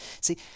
See